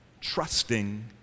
trusting